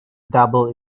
doubled